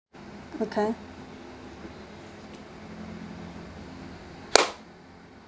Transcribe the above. okay